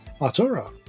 Artura